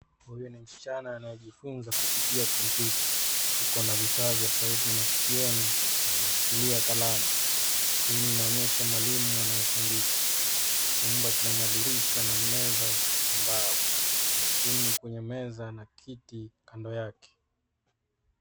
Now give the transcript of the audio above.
Huyu ni msichana anayejifunza kupitia kompyuta, yukona vifaa vya sauti masikioni, na anashikilia kalamu. Skrini inaonyesha mwalimu anayefundisha. Chumba, kina madirisha na meza ya mbao, kuna simu kwenye meza, na kiti, kando yake.